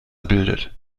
bildet